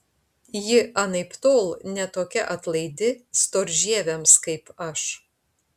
ji anaiptol ne tokia atlaidi storžieviams kaip aš